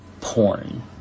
porn